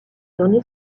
donné